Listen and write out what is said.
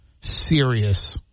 serious